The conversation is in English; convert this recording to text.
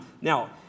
Now